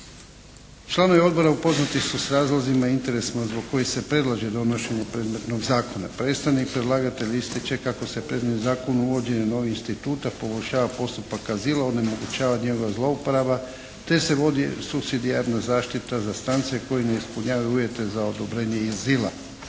Članovi Odbora upoznati su s razlozima i interesima zbog kojih se predlaže donošenje predmetnog zakona. Predstavnik predlagatelja ističe kako se predmetni zakon uvođenjem novih instituta …/Govornik se ne razumije./… azila onemogućava njegova zlouporaba te se vodi supsidijarna zaštita za strance koji ne ispunjavaju uvjete za odobrenje azila.